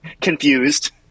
confused